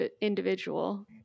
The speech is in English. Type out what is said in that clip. individual